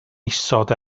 isod